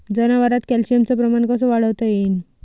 जनावरात कॅल्शियमचं प्रमान कस वाढवता येईन?